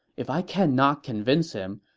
if i cannot convince him,